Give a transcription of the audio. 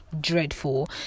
dreadful